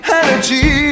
energy